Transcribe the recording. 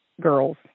girls